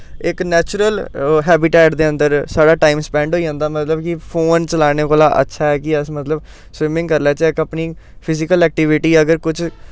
इक natural habitat दे अंदर साढ़ा टाइम स्पैंड होई जंदा मतलब कि फोन चलाने कोला अच्छा ऐ कि अस मतलब स्विमिंग करी लैच्चै इक अपनी फिजिकल ऐक्टिबिटी अगर कुछ